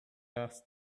asked